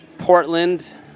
portland